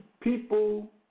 people